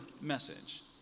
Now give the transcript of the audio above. message